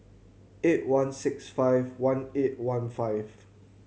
eight one six five one eight one five